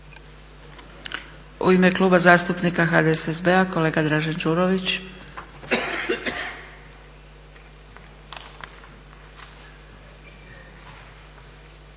U ime Kluba zastupnika HDSSB-a kolega Dražen Đurović.